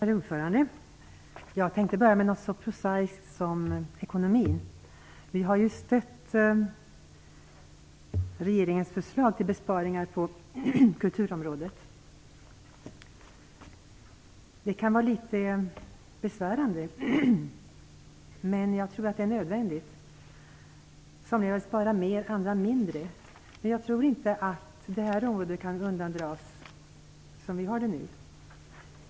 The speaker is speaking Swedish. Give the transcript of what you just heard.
Herr talman! Jag tänkte börja med något så prosaiskt som ekonomin. Vi har ju stött regeringens förslag till besparingar på kulturområdet. Det kan vara litet besvärande, men jag tror att det är nödvändigt. Somliga vill spara mer, andra mindre. Men jag tror inte att detta område kan undandras med tanke på hur vi har det nu.